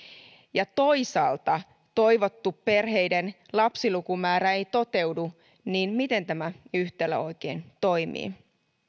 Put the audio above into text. ja toisaalta perheiden toivottu lapsilukumäärä ei toteudu niin miten tämä yhtälö oikein toimii